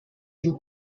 dem